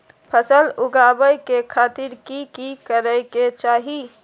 फसल उगाबै के खातिर की की करै के चाही?